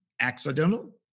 accidental